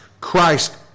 Christ